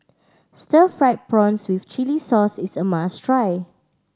stir fried prawns with chili sauce is a must try